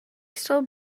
still